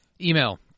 Email